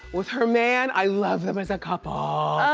with her man, i love them as a couple.